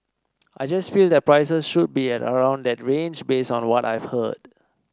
I just feel that prices should be around that range based on what I've heard